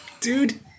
dude